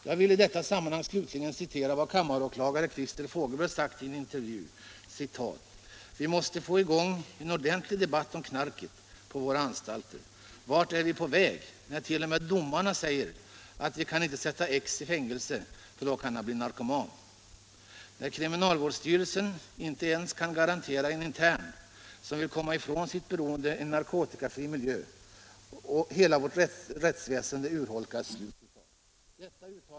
Jag vill i detta sammanhang slutligen citera vad kammaråklagare Christer Fogelberg sagt i en intervju: Vi måste få i gång en ordentlig debatt om knarket på våra anstalter. Vart är vi på väg när t.o.m. domarna säger att ”vi kan inte sätta X i fängelse för då kan han bli narkoman”? Kriminalvårdsstyrelsen kan inte ens garantera en intern som vill komma ifrån sitt beroende en narkotikafri miljö. Hela vårt rättsväsende urholkas!